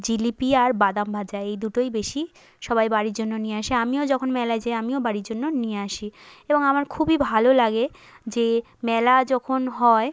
জিলিপি আর বাদাম ভাজা এই দুটোই বেশি সবাই বাড়ির জন্য নিয়ে আসে আমিও যখন মেলায় যাই আমিও বাড়ির জন্য নিয়ে আসি এবং আমার খুবই ভালো লাগে যে মেলা যখন হয়